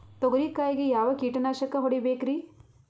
ತೊಗರಿ ಕಾಯಿಗೆ ಯಾವ ಕೀಟನಾಶಕ ಹೊಡಿಬೇಕರಿ?